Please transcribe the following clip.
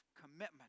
commitment